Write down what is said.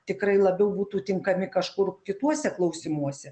tikrai labiau būtų tinkami kažkur kituose klausimuose